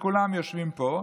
שכולם יושבים פה,